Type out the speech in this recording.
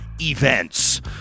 events